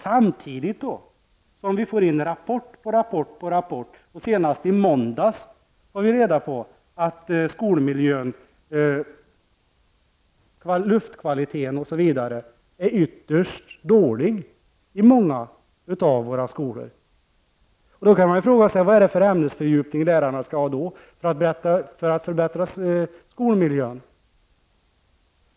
Samtidigt får vi rapport på rapport om att skolmiljön, luftkvaliten osv. är ytterst dålig i många av våra skolor. Senast fick vi en rapport om detta i måndags. Då kan man fråga sig vad det är för ämnesfördjupning lärarna skall ha för att förbättra skolmiljön.